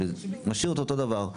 משאיר אותו דבר.